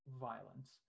violence